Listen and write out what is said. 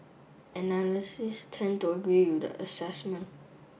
analysts tend to agree with that assessment